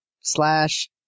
slash